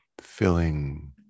filling